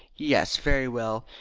yes, very well!